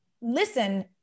listen